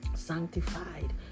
sanctified